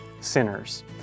sinners